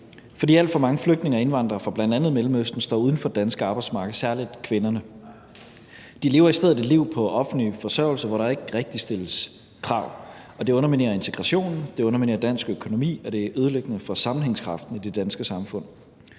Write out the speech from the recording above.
for alt for mange flygtninge og indvandrere fra bl.a. Mellemøsten står uden for det danske arbejdsmarked, særlig kvinderne. De lever i stedet et liv på offentlig forsørgelse, hvor der ikke rigtig stilles krav, og det underminerer integrationen, det underminerer dansk økonomi, og det er ødelæggende for sammenhængskraften i det danske samfund.